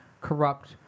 corrupt